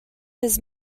his